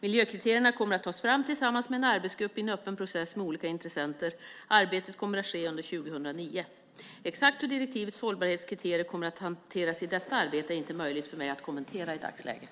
Miljökriterierna kommer att tas fram tillsammans med en arbetsgrupp i en öppen process med olika intressenter. Arbetet kommer att ske under 2009. Exakt hur direktivets hållbarhetskriterier kommer att hanteras i detta arbete är inte möjligt för mig att kommentera i dagsläget.